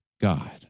God